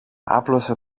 άπλωσε